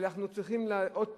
ואנחנו צריכים עוד פעם,